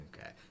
Okay